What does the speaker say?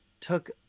took